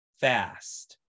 fast